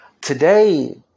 Today